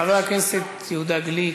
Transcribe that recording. חבר הכנסת אוסאמה סעדי,